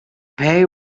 pay